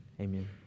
Amen